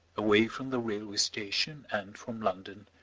away from the railway station and from london,